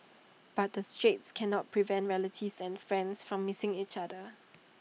but the straits cannot prevent relatives and friends from missing each other